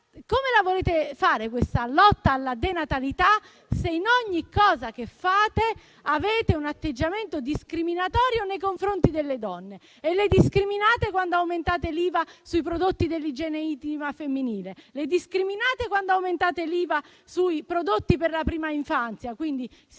Come la volete fare la lotta alla denatalità, se, in ogni cosa che fate avete un atteggiamento discriminatorio nei confronti delle donne? Le discriminate quando aumentate l'IVA sui prodotti dell'igiene intima femminile. Le discriminate quando aumentate l'IVA sui prodotti per la prima infanzia. Seggiolini